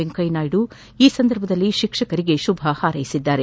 ವೆಂಕಯ್ಲನಾಯ್ನ ಈ ಸಂದರ್ಭದಲ್ಲಿ ಶಿಕ್ಷಕರಿಗೆ ಶುಭ ಹಾರ್ಲೆಸಿದ್ದಾರೆ